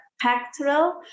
pectoral